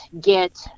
get